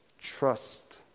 Trust